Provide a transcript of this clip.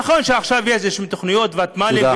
נכון שעכשיו יש איזשהן תוכניות, ותמ"לים,